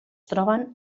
troben